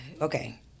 okay